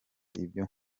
ibyo